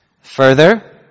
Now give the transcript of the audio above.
Further